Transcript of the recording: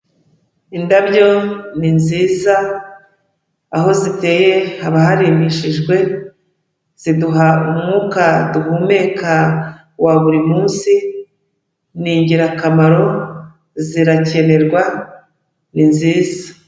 Indabyo ni nziza, aho ziteye haba harimbishijwe, ziduha umwuka duhumeka wa buri munsi, ni ingirakamaro zirakenerwa, ni nziza.